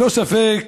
ללא ספק,